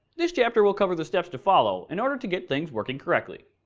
this chapter will cover the steps to follow in order to get things working correctly.